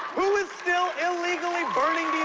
who is still illegally burning